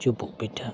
ᱪᱩᱯᱩᱜ ᱯᱤᱴᱷᱟᱹ